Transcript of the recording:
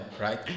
right